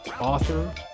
author